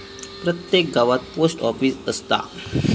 प्रत्येक गावात post office असता